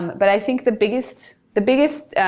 but i think the biggest the biggest